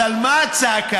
אז על מה הצעקה?